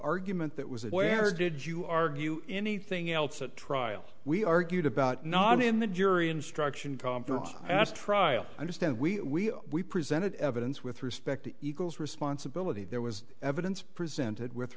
argument that was where did you argue anything else at trial we argued about not in the jury instruction i asked trial i understand we we presented evidence with respect to eagles responsibility there was evidence presented with